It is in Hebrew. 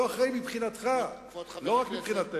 זה לא אחראי מבחינתך, לא רק מבחינתנו.